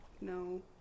No